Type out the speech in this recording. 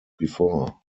before